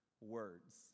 words